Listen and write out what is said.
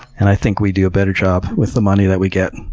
and i think we do a better job with the money that we get.